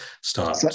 start